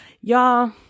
Y'all